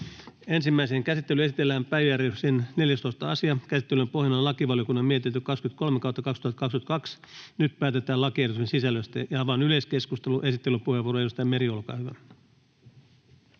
Ensimmäiseen käsittelyyn esitellään päiväjärjestyksen 14. asia. Käsittelyn pohjana on lakivaliokunnan mietintö LaVM 23/2022 vp. Nyt päätetään lakiehdotuksen sisällöstä. — Avaan yleiskeskustelun. Esittelypuheenvuoro, edustaja Meri, olkaa hyvä.